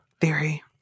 theory